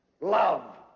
love